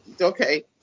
okay